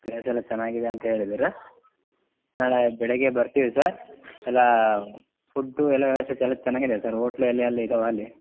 place ಎಲ್ಲ ಚೆನ್ನಾಗಿದೆ ಅಂತೇಳಿದ್ರು ನಾಳೆ ಬೆಳಿಗ್ಗೆ ಬರ್ತೀವಿ ಸರ್ ಎಲ್ಲ ಫುಡ್ಡು ಎಲ್ಲ ವ್ಯವಸ್ಥೆ ಎಲ್ಲ ಚೆನ್ನಾಗಿದ್ಯಾ ಸರ್ ಓಟ್ಲು ಎಲ್ಲ ಅಲ್ಲಿ ಇದ್ದಾವ ಅಲ್ಲಿ